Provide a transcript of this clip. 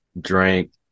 drank